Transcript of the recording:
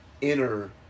inner